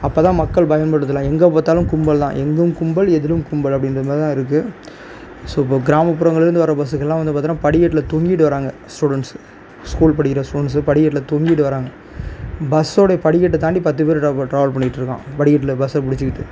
அப்போ தான் மக்கள் பயன்படுத்தலாம் எங்கே பார்த்தாலும் கும்பல் தான் எங்கும் கும்பல் எதிலும் கும்பல் அப்படின்ற மாரி தான் இருக்கு ஸோ இப்போ கிராமப்புறங்கள்லந்து வர பஸ்ஸுக்கலாம் வந்து பார்த்தோம்னா படிக்கட்டில் தொங்கிகிட்டு வராங்க ஸ்டூடெண்ட்ஸ் ஸ்கூல் படிக்கிற ஸ்டூடெண்ட்ஸு படிக்கட்டில் தொங்கிட்டு வராங்க பஸ்ஸோடைய படிக்கட்டை தாண்டி பத்து பேர் டா ட்ராவல் பண்ணிட்டுருக்கான் படிக்கட்டில் பஸ்ஸை பிடிச்சிக்கிட்டு